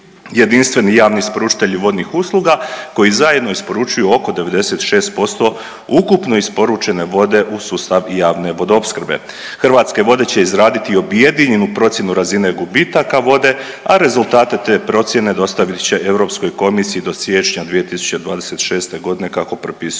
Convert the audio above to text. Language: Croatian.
jedinstveni javni isporučitelji vodnih usluga koji zajedno isporučuju oko 96% ukupno isporučene vode u sustav javne vodoopskrbe. Hrvatske vode će izraditi objedinjenu procjenu razine gubitaka vode, a rezultate te procjene dostavit će Europskoj komisiji do siječnja 2026. godine kako propisuje